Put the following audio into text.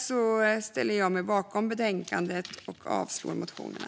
Jag ställer mig bakom utskottets förslag i betänkandet och yrkar avslag på motionerna.